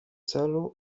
celu